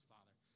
Father